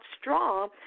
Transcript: strong